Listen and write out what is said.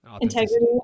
Integrity